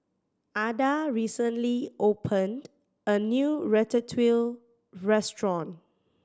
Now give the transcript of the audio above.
Adah recently opened a new Ratatouille Restaurant